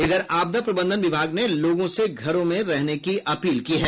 इधर आपदा प्रबंधन विभाग ने लोगों से घरो में रहने की अपील की है